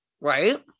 right